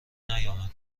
نیامد